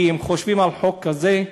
כי אם חושבים על חוק כזה,